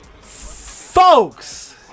Folks